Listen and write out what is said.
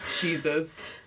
Jesus